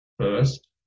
first